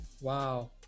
Wow